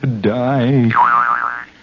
die